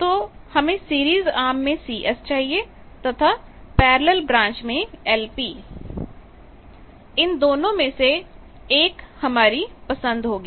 तो हमें series arm में Cs चाहिए तथा पार्लर ब्रांच में LP इन दोनों में से एक हमारी पसंद होगी